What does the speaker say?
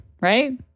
right